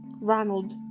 Ronald